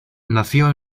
nació